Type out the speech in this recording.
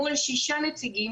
מול שישה נציגים,